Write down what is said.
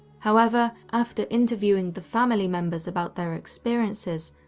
however, after interviewing the family members about their experiences,